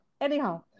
Anyhow